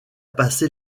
passé